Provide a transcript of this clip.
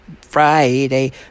Friday